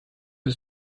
ist